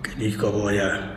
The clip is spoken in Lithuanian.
kad jie kovoja